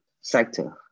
sector